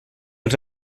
els